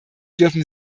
dürfen